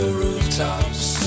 rooftops